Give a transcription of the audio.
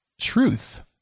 Truth